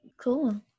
cool